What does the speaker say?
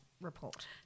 report